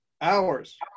hours